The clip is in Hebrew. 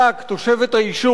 תושבת היישוב.